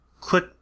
click